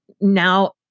now